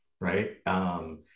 right